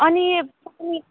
अनि तपाईँ